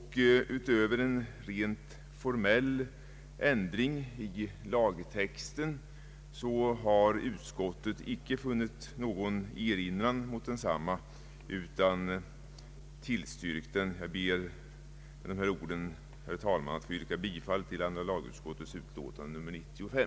Utöver en rent formell ändring i lagtexten har utskottet inte funnit anledning till erinran mot propositionen utan tillstyrker densamma. Jag ber med dessa ord, herr talman, att få yrka bifall till andra lagutskottets utlåtande nr 95.